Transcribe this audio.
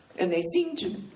and they seem to,